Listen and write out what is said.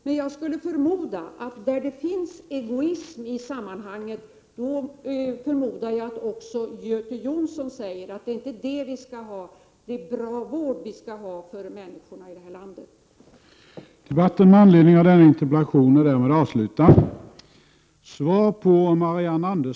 Men där det finns egoism i sammanhanget säger, förmodar jag, också Göte Jonsson att det inte är det vi skall ha; det är bra vård för människorna här i landet vi skall ha.